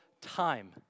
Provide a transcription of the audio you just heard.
time